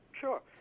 Sure